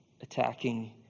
attacking